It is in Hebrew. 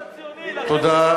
אני בטוח שאתה ציוני, לכן, תודה.